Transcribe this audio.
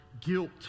guilt